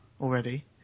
Already